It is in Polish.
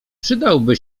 przydałby